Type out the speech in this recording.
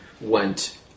went